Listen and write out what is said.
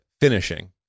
finishing